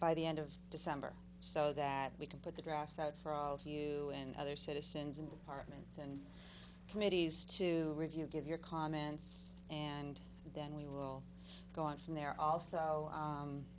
by the end of december so that we can put the graphs out for all to you and other citizens and departments and committees to review give your comments and then we will go on from there also